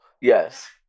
Yes